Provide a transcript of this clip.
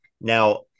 Now